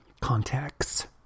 context